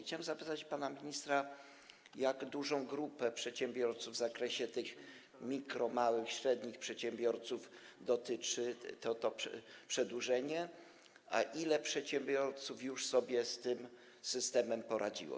Chciałem zapytać pana ministra, jak dużej grupy przedsiębiorców, tych mikro-, małych, średnich przedsiębiorców, dotyczy to przedłużenie, a ilu przedsiębiorców już sobie z tym systemem poradziło.